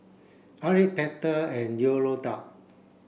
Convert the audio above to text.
Aric Pate and Yolonda